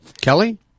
Kelly